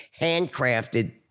handcrafted